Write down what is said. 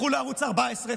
לכו לערוץ 14,